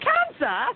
Cancer